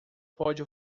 pode